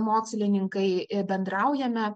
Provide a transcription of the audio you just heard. mokslininkai ir bendraujame